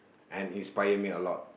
and inspire me a lot